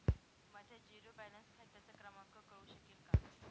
माझ्या zero balance खात्याचा क्रमांक कळू शकेल का?